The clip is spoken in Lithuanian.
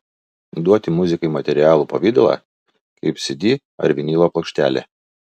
duoti muzikai materialų pavidalą kaip cd ar vinilo plokštelė